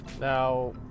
Now